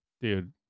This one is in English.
Dude